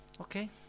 Okay